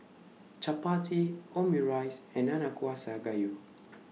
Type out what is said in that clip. Chapati Omurice and Nanakusa Gayu